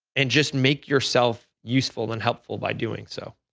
and just make yourself useful and helpful by doing so.